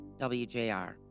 WJR